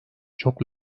çok